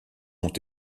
ont